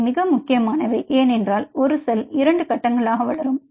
அவை மிக முக்கியமானவை ஏனென்றால் ஒரு செல் இரண்டு கட்டங்களாக வளரும்